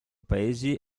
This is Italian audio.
paesi